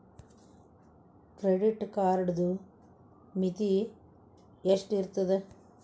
Credit ಕಾರ್ಡದು ಮಿತಿ ಎಷ್ಟ ಇರ್ತದ?